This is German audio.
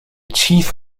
chief